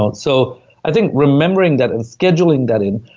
ah so i think remembering that, and scheduling that in.